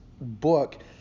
book